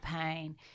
pain